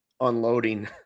unloading